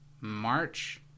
March